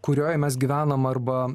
kurioj mes gyvenam arba